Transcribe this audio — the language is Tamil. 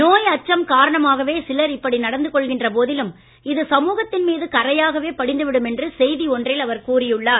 நோய் அச்சம் காரணமாகவே சிலர் இப்படி நடந்து கொள்கின்ற போதிலும் இது சமூகத்தின் மீது கறையாகவே படிந்து விடும் என்று செய்தி ஒன்றில் அவர் கூறி உள்ளார்